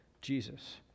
Jesus